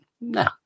no